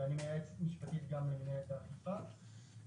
ואני מייעץ משפטית גם למינהלת האכיפה.